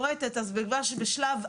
אני רוצה להבין את הפאזה הזאת בשינוי העמדה.